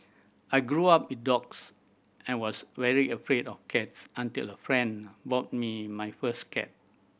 I grew up with dogs I was very afraid of cats until a friend bought me my first cat